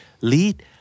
Lead